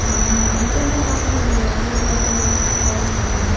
ହଁ ହଁ ହେତେ ଏନେ କାମ୍ ଚଲିଯିବା ଦୁଇହଜାର ବେଳେ କରିବୁନା ଆମେ